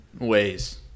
ways